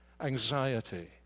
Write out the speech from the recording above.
anxiety